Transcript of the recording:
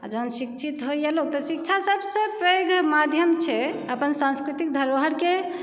आ जहन शिक्षित होइया लोक तऽ शिक्षा सभसे पैघ माध्यम छै अपन सांस्कृतिक धरोहरके